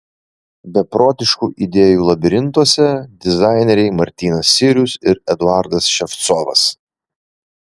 beprotiškų idėjų labirintuose dizaineriai martynas sirius ir eduardas ševcovas